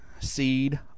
seed